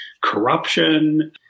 corruption